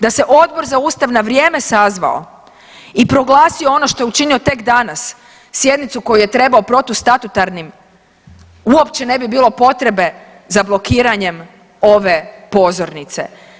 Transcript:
Da se Odbor za ustav na vrijeme sazvao i proglasio ono što je učinio tek danas, sjednicu koju je trebao protustatutarnim uopće ne bi bilo potrebe za blokiranjem ove pozornice.